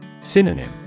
Synonym